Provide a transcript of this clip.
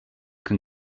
can